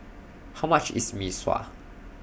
How much IS Mee Sua